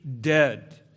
dead